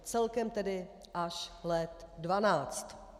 Celkem tedy až let 12.